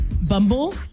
Bumble